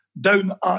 down